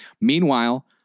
Meanwhile